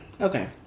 Okay